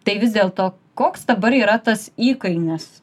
tai vis dėlto koks dabar yra tas įkainis